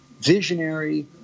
visionary